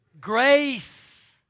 grace